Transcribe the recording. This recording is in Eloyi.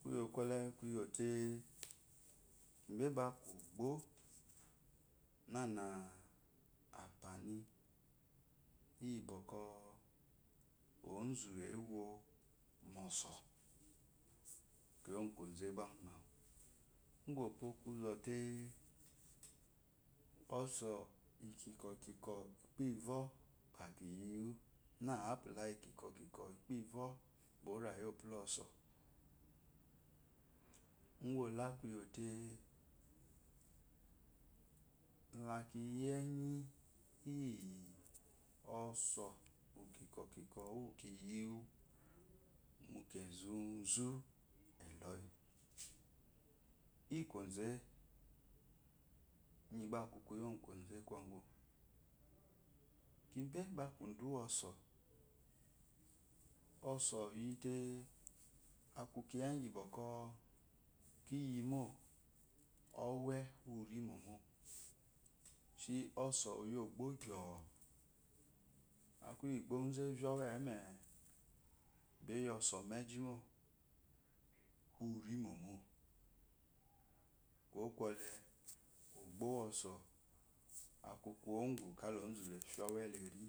Kuyo kole kuyote ibe ba aku ogbo nana ampani iyi bwɔkwɔ onzu ewo moso juyo gu koze gba ku ngo gu ugu opwo kuzote oso kikwo kikwo ikpewo ba ki yiyi na apula ikikwo kikwo ikero ba oryi opulɔoso ugu ola ku kuyote kiyenyi iyi oso kikwokikwo uwu kiyi muke zuzu eloyi iyi koze inyi gba aku kuuyo gu koze kwɔgu kibe ba aku udu kuyo gu koze kwɔgu kibe ba aku udu woso oso iyite akukiya kiyimo owe urimomo oso uyi ogbo gyoo akuyi gba ozu eve owem ba eyi oso mejimo urimomo kuwo kwɔle ogbo woso a ku kuwu gun ozu la fya owe len.